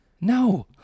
No